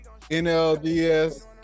NLDS